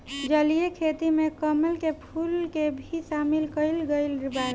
जलीय खेती में कमल के फूल के भी शामिल कईल गइल बावे